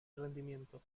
rendimiento